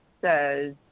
says